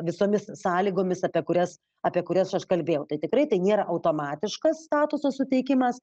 visomis sąlygomis apie kurias apie kurias aš kalbėjau tai tikrai tai nėra automatiškas statuso suteikimas